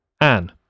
Anne